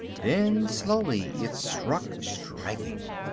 then slowly it struck striking.